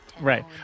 right